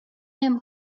him